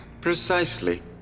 Precisely